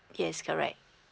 yes correct